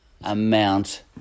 amount